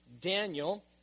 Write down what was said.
Daniel